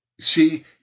See